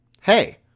Hey